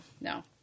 no